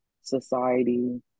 society